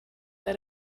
that